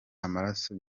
amaraso